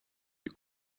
you